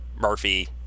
Murphy